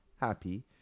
happy